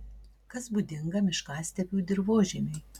kas būdinga miškastepių dirvožemiui